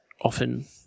often